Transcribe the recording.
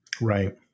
Right